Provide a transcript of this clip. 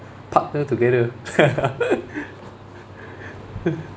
partner together